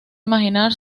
imaginar